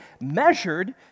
measured